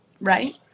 Right